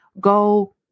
go